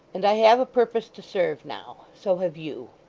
and i have a purpose to serve now. so have you.